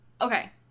Okay